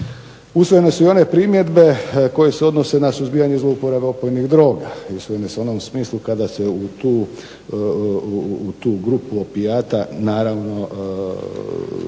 Usvojene su i one primjedbe koje se odnose na suzbijanje i zlouporabe opojnih droga i usvojene su u onom smislu kada se u tu grupu opijata naravno